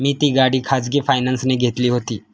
मी ती गाडी खाजगी फायनान्सने घेतली होती